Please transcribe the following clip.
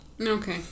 Okay